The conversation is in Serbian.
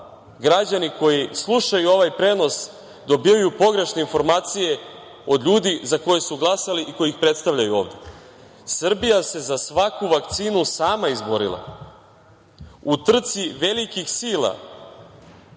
građani, koji slušaju ovaj prenos, dobijaju pogrešne informacije od ljudi za koje su glasali i koji ih predstavljaju ovde. Srbija se za svaku vakcinu sama izborila. U trci velikih sila,